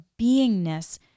beingness